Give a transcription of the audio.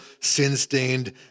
sin-stained